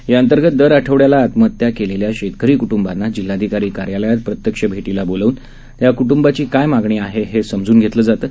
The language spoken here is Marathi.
याअंतर्गत दर आठवड़याला आत्महत्या केलेल्या शेतकरी कृट्बांना जिल्हाधिकारी कार्यालयात प्रत्यक्ष भेटीला बोलावून सदर कूटंबाची काय मागणी आहे हे जाणून घेतलं जातं